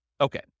Okay